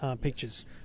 pictures